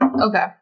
Okay